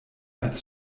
als